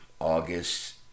August